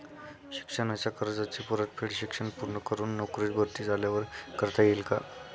शिक्षणाच्या कर्जाची परतफेड शिक्षण पूर्ण करून नोकरीत भरती झाल्यावर करता येईल काय?